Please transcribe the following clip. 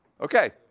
Okay